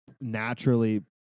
naturally